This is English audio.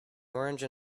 orange